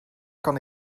kan